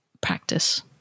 practice